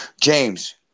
James